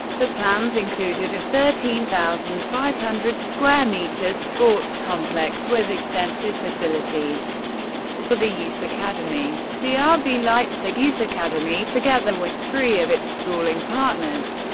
the plans included a thirteen thousand five hundred square meters sports complex, with extensive facilities for the youth academy. the ah rb leipzig youth academy together with three of its schooling partners,